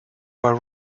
were